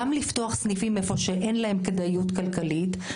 גם לפתוח סניפים איפה שאין להם כדאיות כלכלית,